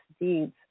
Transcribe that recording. deeds